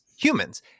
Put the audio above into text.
humans